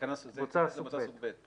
סוג ב'.